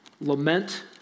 lament